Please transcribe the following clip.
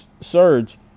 Surge